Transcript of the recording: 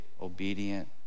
obedient